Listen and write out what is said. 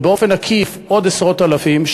ובאופן עקיף עוד עשרות אלפים,